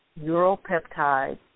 neuropeptides